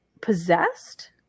possessed